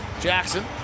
Jackson